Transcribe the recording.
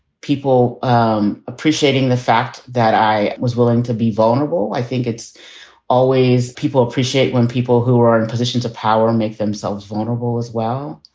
people um appreciating the fact that i was willing to be vulnerable. i think it's always people appreciate when people who are in positions of power make themselves vulnerable as well.